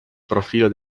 profilo